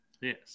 Yes